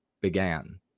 began